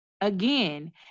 again